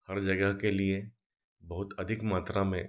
हर जगह के लिए बहुत अधिक मात्रा में